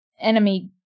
enemy